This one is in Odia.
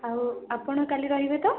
ଆଉ ଆପଣ କାଲି ରହିବେ ତ